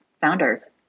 founders